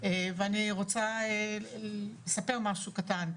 ואני רוצה לספר משהו קטן.